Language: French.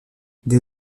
dès